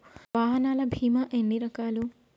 వాహనాల బీమా ఎన్ని రకాలు?